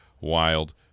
wild